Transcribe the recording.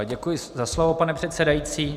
Děkuji za slovo, pane předsedající.